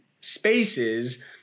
spaces